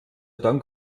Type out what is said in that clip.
dank